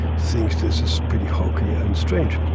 thinks this is pretty hokey and strange.